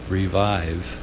revive